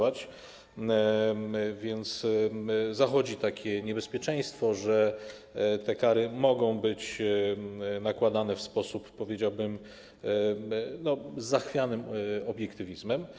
A więc zachodzi takie niebezpieczeństwo, że te kary mogą być nakładane, powiedziałbym, z zachwianym obiektywizmem.